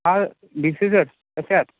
हा डिसिझट कसे आहात